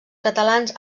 catalans